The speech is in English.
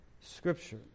Scripture